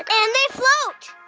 and they float.